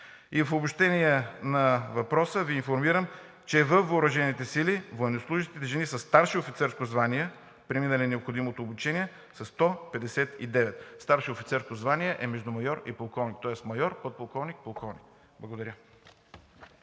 И в обобщение на въпроса Ви информирам, че във въоръжените сили военнослужещите жени със старши офицерско звание са 159, преминали необходимото обучение, като старши офицерско звание е между майор и полковник, тоест майор, подполковник, полковник. Благодаря.